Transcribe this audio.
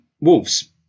Wolves